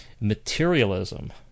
materialism